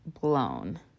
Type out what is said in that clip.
blown